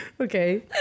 okay